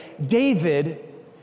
David